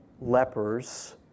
lepers